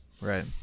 right